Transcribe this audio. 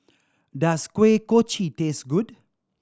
does Kuih Kochi taste good